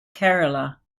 kerala